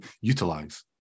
utilize